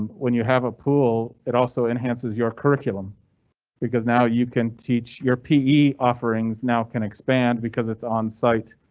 when you have a pool, it also enhances your curriculum because now you can teach your pe offerings now can expand because it's on site.